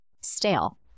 stale